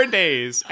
days